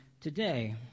today